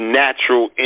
natural